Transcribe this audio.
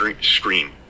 scream